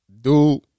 Dude